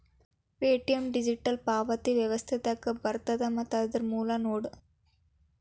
Paytm digital ಪಾವತಿ ವ್ಯವಸ್ಥೆದಾಗ ಬರತ್ತ ಮತ್ತ ಇದರ್ ಮೂಲ ನೋಯ್ಡಾ